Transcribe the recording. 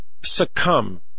succumb